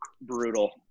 brutal